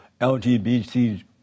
LGBT